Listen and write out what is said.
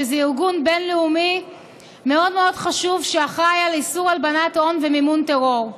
שזה ארגון בין-לאומי מאוד חשוב שאחראי לאיסור הלבנת הון ומימון טרור.